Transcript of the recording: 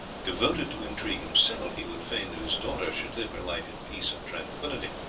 devoted to intrigue himself, he would fain that his daughter should live her life in peace and tranquillity,